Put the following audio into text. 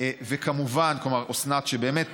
אסנת, שבאמת